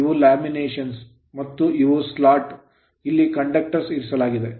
ಇವು laminations lamination ಗಳು ಮತ್ತು ಇವು slots ಸ್ಲಾಟ್ ಗಳು ಇಲ್ಲಿ conductors ಕಂಡಕ್ಟರ್ ಗಳನ್ನು ಇರಿಸಲಾಗಿದೆ